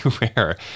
rare